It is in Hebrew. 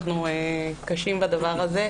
אנחנו קשים בדבר הזה,